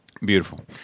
Beautiful